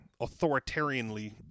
authoritarianly